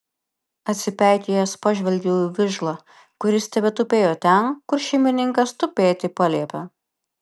atsipeikėjęs pažvelgiau į vižlą kuris tebetupėjo ten kur šeimininkas tupėti paliepė